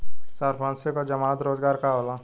संपार्श्विक और जमानत रोजगार का होला?